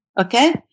okay